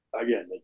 again